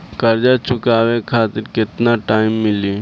कर्जा चुकावे खातिर केतना टाइम मिली?